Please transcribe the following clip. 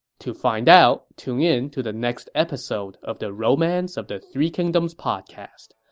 to find out, tune in to the next episode of the romance of the three kingdoms podcast.